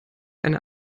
eine